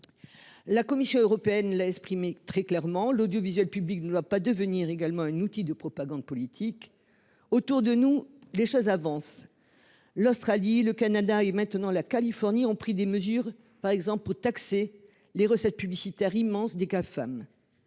La Commission européenne l'a exprimé très clairement : l'audiovisuel public ne doit pas devenir un outil de propagande politique. Autour de nous, les choses avancent. L'Australie, le Canada et, maintenant, la Californie ont pris des mesures, par exemple pour taxer les recettes publicitaires immenses des Gafam